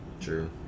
True